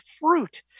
fruit